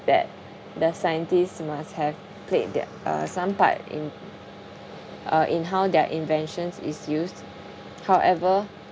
that the scientists must have played their uh some part in uh in how their inventions is used however